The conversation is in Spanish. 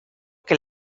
que